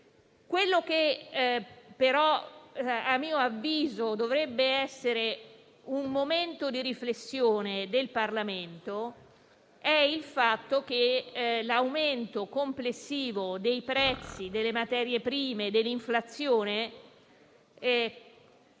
Ciò che, però, a mio avviso, dovrebbe essere un momento di riflessione del Parlamento è il fatto che l'aumento complessivo dei prezzi delle materie prime e l'inflazione